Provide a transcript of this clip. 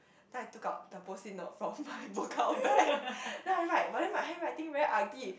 then I took out the post-it note from my book-out bag then I write but then my handwriting very ugly